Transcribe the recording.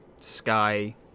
sky